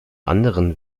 anderen